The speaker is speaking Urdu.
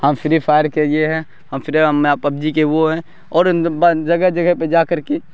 ہم فری فائر کے یہ ہیں ہم فری میں پب جی کے وہ ہیں اور جگہ جگہ پہ جا کر کے